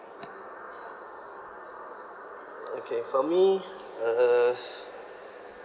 okay for me uh